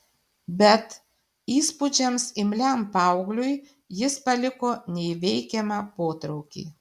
bet įspūdžiams imliam paaugliui jis paliko neįveikiamą potraukį